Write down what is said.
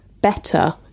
better